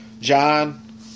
John